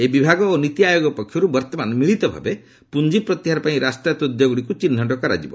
ଏହି ବିଭାଗ ଓ ନୀତି ଆୟୋଗ ପକ୍ଷର୍ତ ବର୍ତ୍ତମାନ ମିଳିତଭାବେ ପୁଞ୍ଜି ପ୍ରତ୍ୟାହାର ପାଇଁ ରାଷ୍ଟ୍ରାୟତ୍ତ ଉଦ୍ୟୋଗଗୁଡ଼ିକୁ ଚିହ୍ନଟ କରାଯିବ